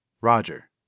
Roger